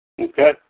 Okay